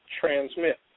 transmit